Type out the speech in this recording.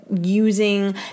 using